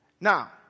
Now